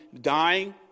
dying